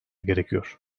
gerekiyor